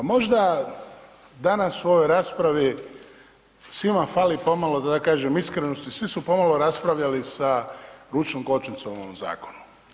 Možda danas u ovoj raspravi, svima fali pomalo, da tako kažem iskrenosti, svi su pomalo raspravljali sa ručnom kočnicom o ovom zakonu.